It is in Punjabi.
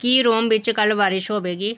ਕੀ ਰੋਮ ਵਿੱਚ ਕੱਲ੍ਹ ਬਾਰਿਸ਼ ਹੋਵੇਗੀ